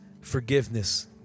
forgiveness